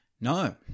No